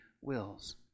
wills